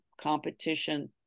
competition